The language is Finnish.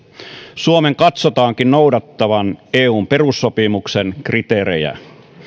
suomen katsotaankin noudattavan eun perussopimuksen kriteerejä